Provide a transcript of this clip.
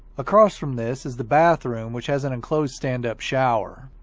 across from this is the bathroom which has an enclosed stand-up shower.